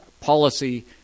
policy